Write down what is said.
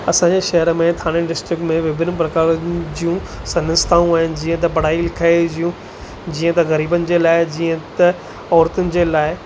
असांजे शहर में ठाणे डिस्ट्रिक्ट में विभिन्न प्रकारनि जूं संस्थाऊं आहिनि जीअं त पढ़ाई लिखाई जूं जीअं त ग़रीबनि जे लाइ जीअं त औरतुनि जे लाइ